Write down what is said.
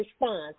response